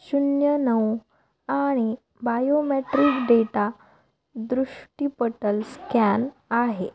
शून्य नऊ आणि बायोमॅट्रिक डेटा दृष्टिपटल स्कॅन आहे